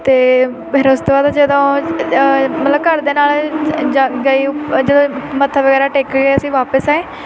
ਅਤੇ ਫਿਰ ਉਸ ਤੋਂ ਬਾਅਦ ਜਦੋਂ ਮਤਲਬ ਘਰਦਿਆਂ ਨਾਲ ਜ ਗਈ ਉੱਪਰ ਜਦੋਂ ਮੱਥਾ ਵਗੈਰਾ ਟੇਕ ਕੇ ਅਸੀਂ ਵਾਪਸ ਆਏ